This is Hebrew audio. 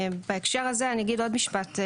בהקשר הזה אני אגיד עוד משפט.